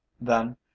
Then